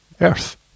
Earth